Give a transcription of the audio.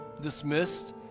dismissed